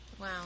Wow